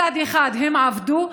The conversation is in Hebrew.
מצד אחד הם עבדו,